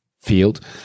field